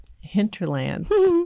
hinterlands